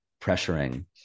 pressuring